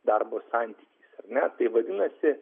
darbo santykiais na tai vadinasi